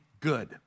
good